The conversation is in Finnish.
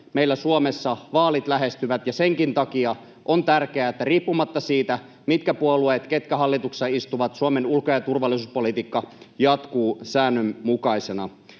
Meillä Suomessa vaalit lähestyvät, ja senkin takia on tärkeää, että riippumatta siitä, mitkä puolueet ja ketkä hallituksessa istuvat, Suomen ulko- ja turvallisuuspolitiikka jatkuu säännönmukaisena.